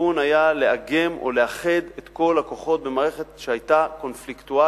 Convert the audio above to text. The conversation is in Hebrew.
הכיוון היה לאגם או לאחד את כל הכוחות במערכת שהיתה קונפליקטואלית,